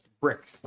brick